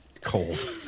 Cold